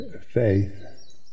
faith